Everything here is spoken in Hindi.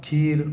खीर